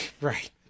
Right